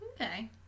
Okay